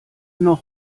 noch